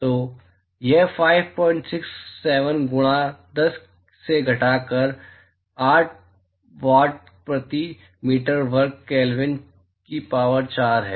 तो यह 567 गुणा 10 से घटाकर 8 वाट प्रति मीटर वर्ग केल्विन 4 की शक्ति है